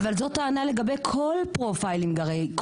אבל זו טענה לגבי כל "פרופיילינג", הרי.